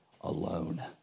alone